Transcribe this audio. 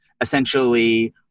essentially